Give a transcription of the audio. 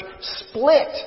split